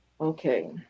Okay